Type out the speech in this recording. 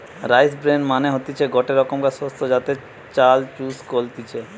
rice bran মানে হতিছে গটে রোকমকার শস্য যাতে চাল চুষ কলতিছে